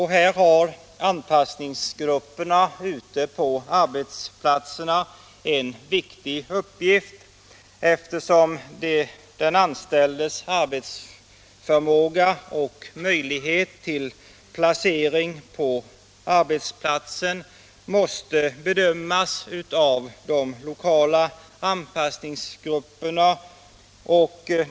Här har anpassningsgrupperna ute på arbetsplatserna en viktig uppgift, eftersom den anställdes arbetsförmåga och möjlighet till placering på arbetsplatsen måste bedömas av de lokala anpassningsgrupperna.